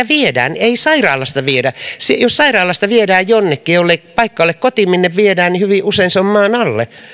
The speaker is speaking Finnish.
viedään ei sairaalasta viedä jos sairaalasta viedään jonnekin niin jollei paikka ole kotiin minne viedään hyvin usein se on maan alle